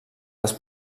les